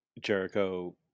Jericho